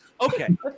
Okay